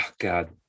God